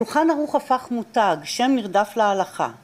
‫שולחן ערוך הפך מותג, ‫שם נרדף להלכה.